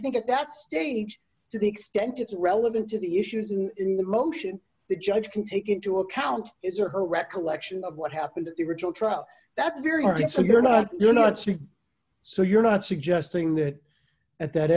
think at that stage to the extent it's relevant to the issues and in the motion the judge can take into account is or her recollection of what happened at the original trial that's very good so you're not you're not see so you're not suggesting that at that